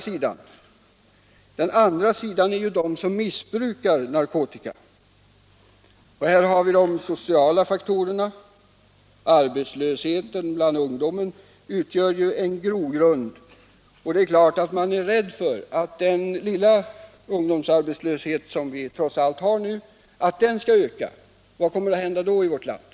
På den andra sidan har vi sedan dem som missbrukar narkotika, och där finns de sociala faktorerna. Arbetslösheten bland ungdomen utgör sålunda en grogrund för narkotikamissbruk. Och naturligtvis är man rädd för att den lilla ungdomsarbetslöshet som vi trots allt har nu kan komma att öka, för vad kan hända då i vårt land?